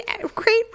great